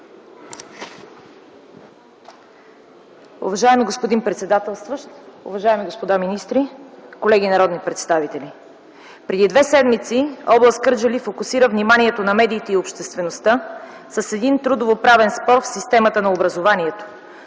Уважаеми господин председател, уважаеми господа министри, колеги народни представители! Преди две седмици област Кърджали фокусира вниманието на медиите и обществеността с един трудовоправен спор в системата на образованието,